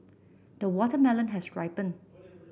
the watermelon has ripened